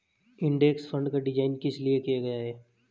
Index fund का design किस लिए किया गया है?